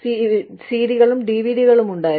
പിന്നെ ഞങ്ങൾക്ക് ഡിവിഡികളും സിഡികളും ഉണ്ടായിരുന്നു